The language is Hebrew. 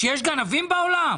שיש גנבים בעולם?